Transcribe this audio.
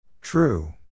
True